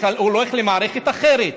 הוא הולך למערכת אחרת.